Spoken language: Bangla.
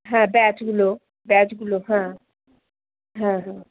হ্যাঁ ব্যাচগুলো ব্যাচগুলো হ্যাঁ হ্যাঁ হ্যাঁ